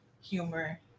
humor